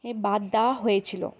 এ বাদ দেওয়া হয়েছিলো